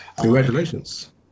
Congratulations